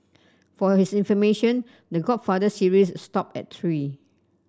for his information The Godfather series stopped at three